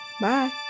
Bye